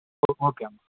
okay అమ్మ